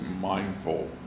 mindful